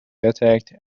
attacked